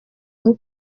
aho